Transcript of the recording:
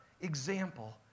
example